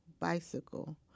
bicycle